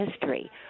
history